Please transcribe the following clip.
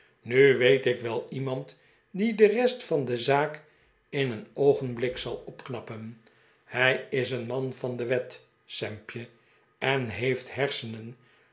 nu weet ik wel iemand die de rest van de zaak in een oogenblik zal opknappen hij is een man van de wet sampje en heeft hersenen